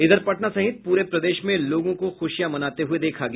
इधर पटना सहित पूरे प्रदेश में लोगों को खुशियां मनाते हुए देखा गया